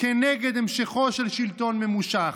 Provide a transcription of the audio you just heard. כנגד המשכו של שלטון ממושך.